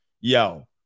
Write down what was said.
Yo